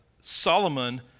Solomon